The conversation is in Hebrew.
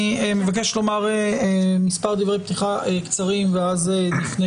אני מבקש לומר מספר דברי פתיחה קצרים ואז נפנה